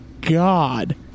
God